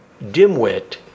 dimwit